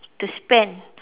to spend